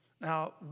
Now